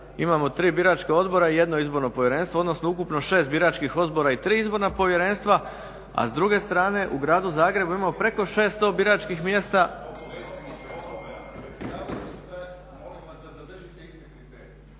imamo tri biračka odbora i jedno izborno povjerenstvo odnosno ukupno 6 biračkih odbora i tri izborna povjerenstva a s druge strane u gradu Zagrebu imamo preko 600 biračkih mjesta. …/Upadica se ne čuje./… **Batinić, Milorad (HNS)** Kolege